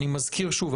אני מזכיר שוב,